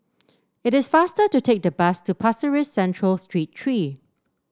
it is faster to take the bus to Pasir Ris Central Street Three